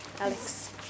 Alex